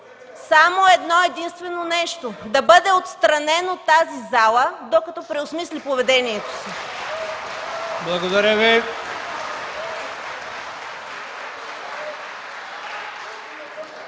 само едно-единствено нещо – да бъде отстранен от тази зала, докато преосмисли поведението си. (Ръкопляскания